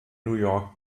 york